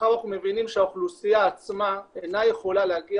מאחר שאנחנו מבינים שהאוכלוסייה עצמה אינה יכולה להגיע